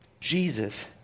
Jesus